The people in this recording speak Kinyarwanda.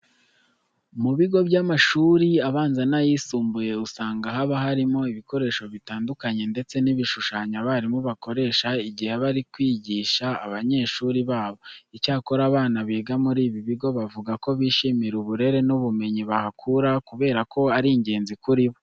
Mu bigo by'amashuri abanza n'ayisumbuye usanga haba harimo ibikoresho bitandukanye ndetse n'ibishushanyo abarimu bakoresha igihe bari kwigisha abanyeshuri babo. Icyakora abana biga muri ibi bigo bavuga ko bishimira uburere n'ubumenyi bahakura kubera ko ari ingenzi kuri bo.